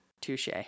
Touche